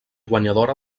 guanyadora